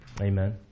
Amen